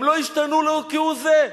הם לא השתנו כהוא זה.